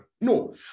no